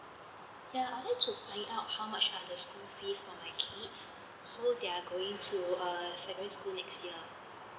ya I'd like to find out how much are the school fees for my kids so they're going to uh secondary school next year